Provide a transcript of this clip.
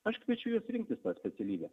aš kviečiu juos rinktis tą specialybę